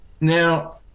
Now